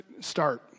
start